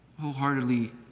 wholeheartedly